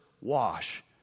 wash